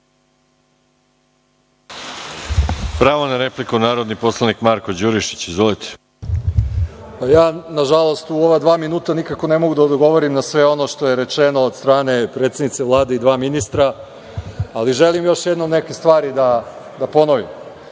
Pravo na repliku, narodni poslanik Marko Đurišić. Izvolite. **Marko Đurišić** Nažalost, ja u ova dva minuta nikako ne mogu da odgovorim na sve ono što je rečeno od strane predsednice Vlade i dva ministra, ali želim još jednom neke stvari da ponovim. Nama